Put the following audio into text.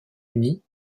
uni